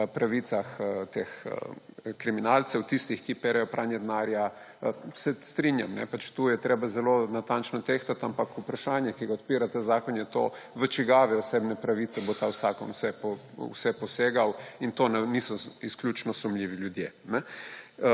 pravicah teh kriminalcev, tistih, ki se ukvarjajo s pranjem denarja. Se strinjam, tu je treba zelo natančno tehtati, ampak vprašanje, ki ga odpira ta zakon, je naslednji – v čigave osebne pravice bo ta zakon vse posegal. In to niso izključno sumljivi ljudje.